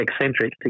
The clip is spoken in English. eccentric